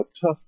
tough